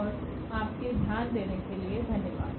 और आपके ध्यान देने के लिए धन्यवाद